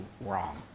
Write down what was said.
wrong